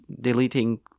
deleting